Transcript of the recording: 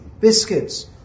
biscuits